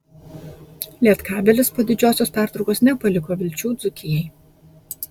lietkabelis po didžiosios pertraukos nepaliko vilčių dzūkijai